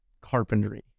carpentry